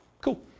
Cool